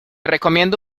recomiendo